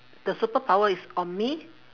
the superpower is on me